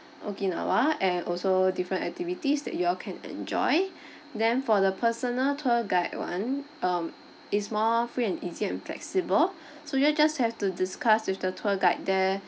okinawa and also different activities that you all can enjoy then for the personal tour guide one um is more free and easy and flexible so you just have to discuss with the tour guide there